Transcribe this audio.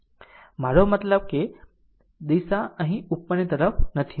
મારો મતલબ કે દિશા અહીં ઉપરની તરફ નથી મૂકી